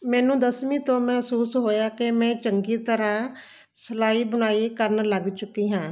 ਮੈਨੂੰ ਦਸਵੀਂ ਤੋਂ ਮਹਿਸੂਸ ਹੋਇਆ ਕਿ ਮੈਂ ਚੰਗੀ ਤਰ੍ਹਾਂ ਸਿਲਾਈ ਬੁਣਾਈ ਕਰਨ ਲੱਗ ਚੁੱਕੀ ਹਾਂ